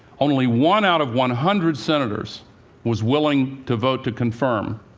only one out of one hundred senators was willing to vote to confirm,